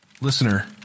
Listener